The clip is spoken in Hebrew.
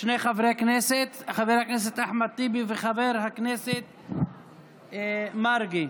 שני חברי הכנסת: חבר הכנסת אחמד טיבי וחבר הכנסת יעקב מרגי.